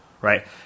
right